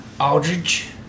Aldridge